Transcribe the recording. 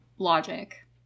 logic